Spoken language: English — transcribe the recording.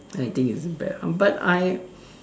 I think is bad but I